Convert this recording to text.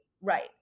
right